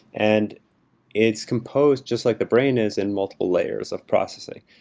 and it's composed just like the brain is in multiple layers of processing.